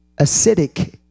acidic